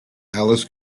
alice